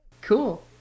Cool